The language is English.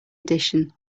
edition